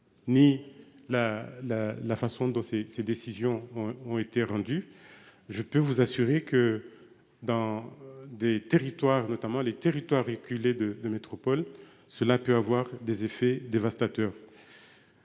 la, la façon dont ces, ces décisions ont été rendues. Je peux vous assurer que dans des territoires notamment les territoires reculés de de métropole, cela peut avoir des effets dévastateurs.